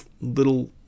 little